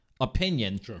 opinion